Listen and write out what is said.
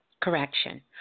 correction